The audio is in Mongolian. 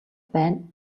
байна